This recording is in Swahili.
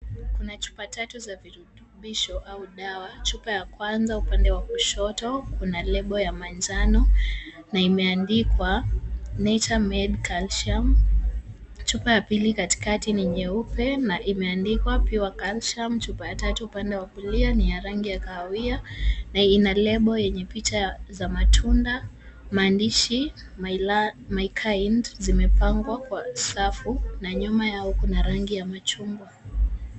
Kuna chupa tatu za virutubisho au dawa. Chupa ya kwanza upande wa kushoto kuna lebo ya manjano na imeandikwa Nature made calcium . Chupa ya pili katikati ni nyeupe, na imeandikwa pure calcium . Chupa ya tatu upande wa kulia ni ya rangi ya kahawia na ina lebo yenye picha za matunda. Maandishi my kind , zimepangwa kwa safu na nyuma yao kuna rangi ya machungwa.